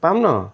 পাম ন